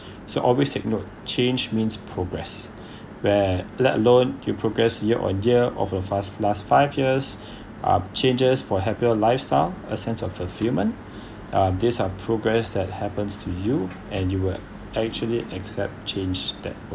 so always take note change means progress where let alone you progress year on year of a fast last five years um changes for happier lifestyle a sense of fulfillment uh this are progress that happens to you and you will actually accept change that